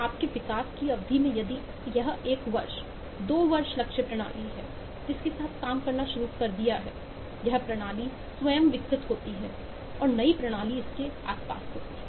आपके विकास की अवधि में यदि यह 1 वर्ष 2 वर्ष लक्ष्य प्रणाली है जिसके साथ काम करना शुरू कर दिया है यह प्रणाली स्वयं विकसित होती है और नई प्रणाली इसके आसपास होती है